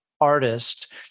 artist